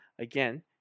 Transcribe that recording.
Again